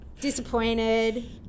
Disappointed